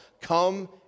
come